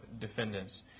defendants